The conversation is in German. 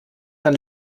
dann